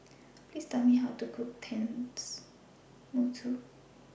Please Tell Me How to Cook Tenmusu